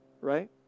Right